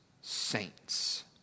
saints